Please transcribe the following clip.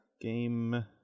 Game